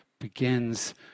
Begins